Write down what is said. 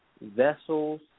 vessels